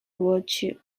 virtue